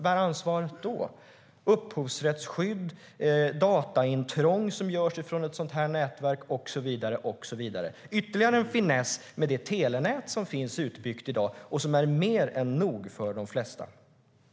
Det kan gälla upphovsrättsskydd, dataintrång från ett sådant här nätverk och så vidare. Det är ytterligare en finess med dagens utbyggda telenät, som är mer än nog för de flesta i innerstan.